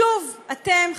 שוב אתם,